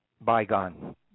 bygone